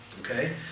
Okay